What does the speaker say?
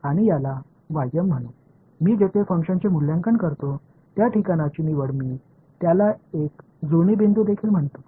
நான் செயல்பாட்டை மதிப்பிடும் இடத்தினை தேர்வு செய்து அதை மேட்சிங் பாயிண்ட் என்றும் அழைக்கிறேன்